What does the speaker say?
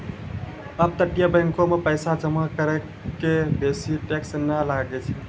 अपतटीय बैंको मे पैसा जमा करै के बेसी टैक्स नै लागै छै